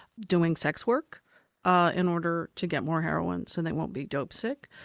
doing sex work ah in order to get more heroin so they won't be dope sick.